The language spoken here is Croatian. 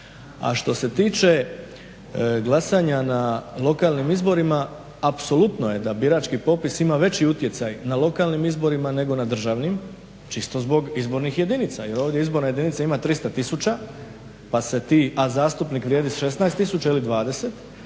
A što se tiče glasanja na lokalnim izborima, apsolutno je da birački popis ima veći utjecaj na lokalnim izborima nego na državnim čisto zbog izbornih jedinica jer ovdje izborna jedinica ima 300 000, a zastupnik vrijedi 16 000 ili 20,